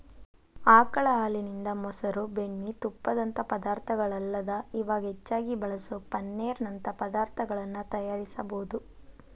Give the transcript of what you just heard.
ಆಕಳ ಹಾಲಿನಿಂದ, ಮೊಸರು, ಬೆಣ್ಣಿ, ತುಪ್ಪದಂತ ಪದಾರ್ಥಗಳಲ್ಲದ ಇವಾಗ್ ಹೆಚ್ಚಾಗಿ ಬಳಸೋ ಪನ್ನೇರ್ ನಂತ ಪದಾರ್ತಗಳನ್ನ ತಯಾರಿಸಬೋದು